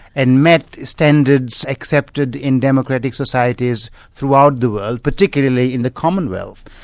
and met standards accepted in democratic societies throughout the world, particularly in the commonwealth.